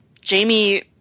Jamie